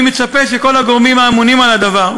אני מצפה שכל הגורמים הממונים על הדבר,